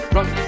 Run